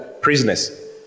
prisoners